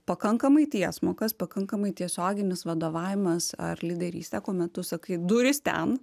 pakankamai tiesmukas pakankamai tiesioginis vadovavimas ar lyderystė kuomet tu sakai durys ten